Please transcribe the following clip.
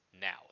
now